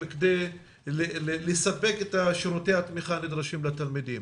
כדי לספק את שירותי התמיכה הנדרשים לתלמידים.